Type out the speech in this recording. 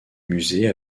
musée